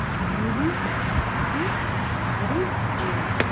మూడు ఒకటి ఆరు ఏడు